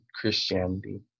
Christianity